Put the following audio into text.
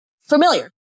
familiar